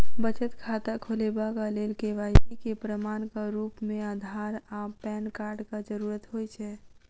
बचत खाता खोलेबाक लेल के.वाई.सी केँ प्रमाणक रूप मेँ अधार आ पैन कार्डक जरूरत होइ छै